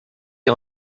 ihr